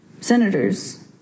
senators